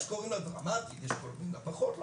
שיש כאלה שקוראים לה דרמטית ויש כאלה שמבחינתם היא פחות דרמטית.